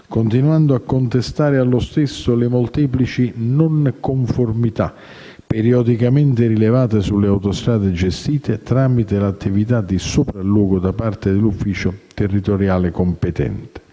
continuando a contestare allo stesso le molteplici «non conformità» periodicamente rilevate sulle autostrade gestite, tramite l'attività di sopralluogo da parte dell'ufficio territoriale competente.